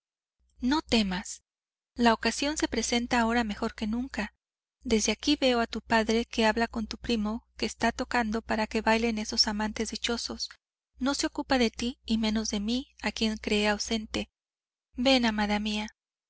no temas la ocasión se presenta ahora mejor que nunca desde aquí veo a tu padre que habla con tu primo que está tocando para que bailen esos amantes dichosos no se ocupa de ti y menos de mí a quien cree ausente ven amada mía